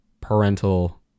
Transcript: parental